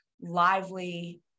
lively